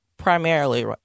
Primarily